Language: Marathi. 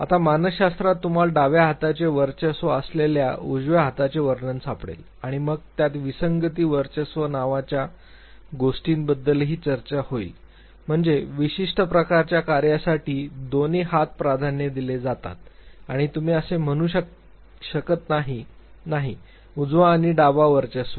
आता मानसशास्त्रात तुम्हाला डाव्या हाताचे वर्चस्व असलेल्या उजव्या हाताचे वर्णन सापडेल आणि मग त्यात विसंगती वर्चस्व नावाच्या गोष्टीबद्दलही चर्चा होईल म्हणजे विशिष्ट प्रकारच्या कार्यासाठी दोन्ही हात प्राधान्य दिले जातात आणि तुम्ही असे म्हणू शकत नाही की नाही उजवा किंवा डावा वर्चस्व